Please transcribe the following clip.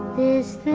is